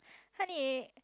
honey